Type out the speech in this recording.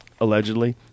allegedly